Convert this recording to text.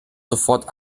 sofort